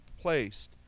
placed